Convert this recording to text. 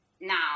now